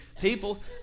People